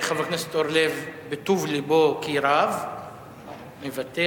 חבר הכנסת אורלב, בטוב לבו כי רב, מוותר.